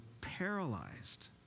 paralyzed